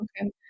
okay